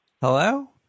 Hello